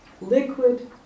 liquid